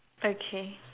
okay